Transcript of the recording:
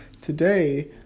today